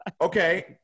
Okay